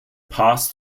pass